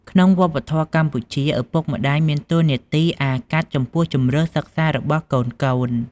ក្នុងវប្បធម៌កម្ពុជា ឪពុកម្ដាយមានតួនាទីអាកាត់ចំពោះជម្រើសសិក្សារបស់កូនៗ។